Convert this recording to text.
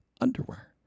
underwear